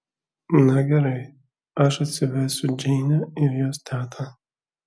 na gerai aš atsivesiu džeinę ir jos tetą